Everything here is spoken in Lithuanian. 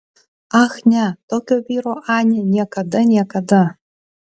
ach ne tokio vyro anė niekada niekada